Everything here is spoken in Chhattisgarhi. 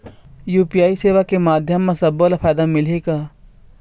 यू.पी.आई सेवा के माध्यम म सब्बो ला फायदा मिलही का?